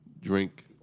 drink